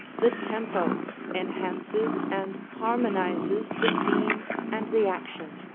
the tempo enhances and harmonizes the scene and the action.